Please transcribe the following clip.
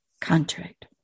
contract